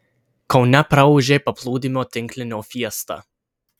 kaune praūžė paplūdimio tinklinio fiesta